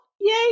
yay